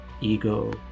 ego